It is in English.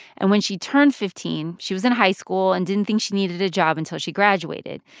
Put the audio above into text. and when she turned fifteen, she was in high school and didn't think she needed a job until she graduated.